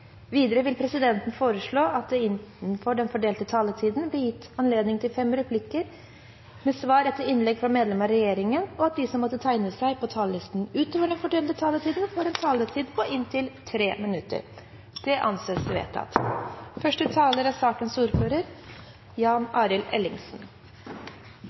Videre vil presidenten foreslå at det blir gitt anledning til fem replikker med svar etter innlegg fra medlem av regjeringen innenfor den fordelte taletid, og at de som måtte tegne seg på talerlisten utover den fordelte taletid, får en taletid på inntil 3 minutter. – Det anses vedtatt. På mange måter kan man si at dette er